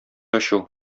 ачу